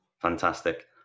Fantastic